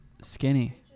skinny